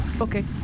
Okay